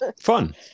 Fun